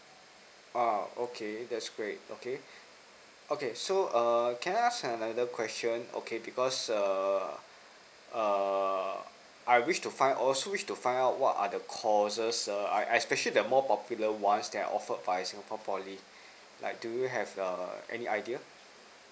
uh okay that's great okay okay so err can I ask another question okay because err err I wish to find also wish to find out what are the courses err es~ especially the more popular one that are offered by singapore poly like do you have err any idea